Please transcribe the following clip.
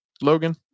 logan